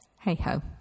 Hey-ho